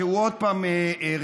שהוא עוד פעם רלוונטי.